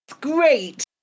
great